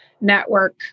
network